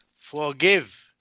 forgive